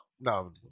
No